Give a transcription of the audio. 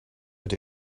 but